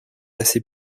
assez